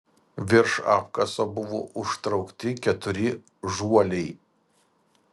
virš apkaso buvo užtraukti keturi žuoliai